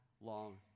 long